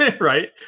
right